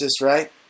right